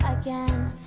again